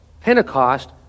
Pentecost